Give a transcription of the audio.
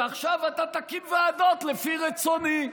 ועכשיו אתה תקים ועדות לפי רצוני.